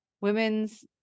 women's